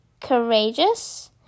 courageous